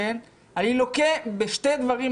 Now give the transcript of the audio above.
אני לוקה בשני דברים.